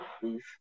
please